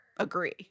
agree